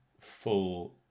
full